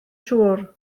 siŵr